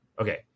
Okay